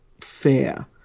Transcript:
fair